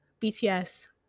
BTS